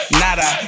nada